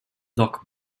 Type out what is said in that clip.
doc